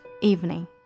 evening